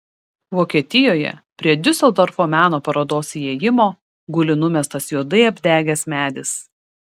vokietijoje prie diuseldorfo meno parodos įėjimo guli numestas juodai apdegęs medis